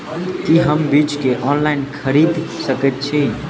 की हम बीज केँ ऑनलाइन खरीदै सकैत छी?